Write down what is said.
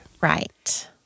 Right